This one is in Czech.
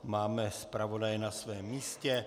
Máme zpravodaje na svém místě.